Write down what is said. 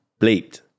bleeped